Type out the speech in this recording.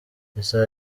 isaha